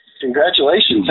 Congratulations